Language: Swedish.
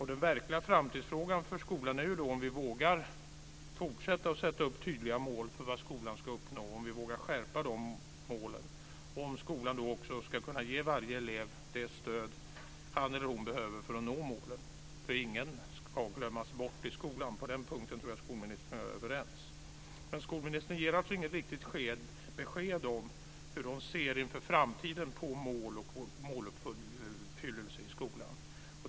Den verkliga framtidsfrågan för skolan är om vi vågar fortsätta att sätta upp tydliga mål för vad skolan ska uppnå, om vi vågar skärpa de målen och om skolan ska kunna ge varje enskild elev det stöd han eller hon behöver för att nå de målen. Ingen ska glömmas bort i skolan. På den punkten tror jag att skolministern och jag är överens. Men skolministern ger inget riktigt besked om hur hon ser inför framtiden på mål och måluppfyllelse i skolan.